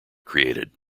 created